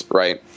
right